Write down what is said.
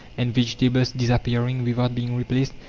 and vegetables disappearing without being replaced?